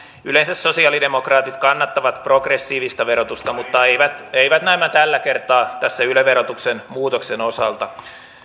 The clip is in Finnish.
yleensä sosiaalidemokraatit kannattavat progressiivista verotusta mutta eivät eivät näemmä tällä kertaa tässä yle verotuksen muutoksen osalta